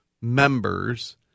members